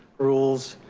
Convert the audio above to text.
rules,